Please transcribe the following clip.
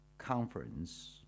conference